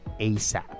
ASAP